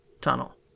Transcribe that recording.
Tunnel